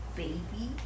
baby